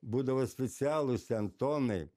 būdavo specialūs ten tonai